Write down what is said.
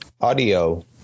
Audio